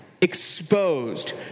exposed